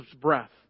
breath